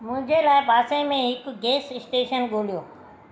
मुंहिंजे लाइ पासे में हिकु गैस स्टेशन ॻोल्हियो